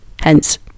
Hence